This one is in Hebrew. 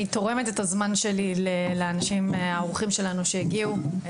אני תורמת את הזמן שלי לאורחים שלנו, שהגיעו.